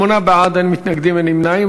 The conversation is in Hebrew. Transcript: שמונה בעד, אין מתנגדים, אין נמנעים.